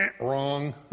Wrong